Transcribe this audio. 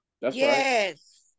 Yes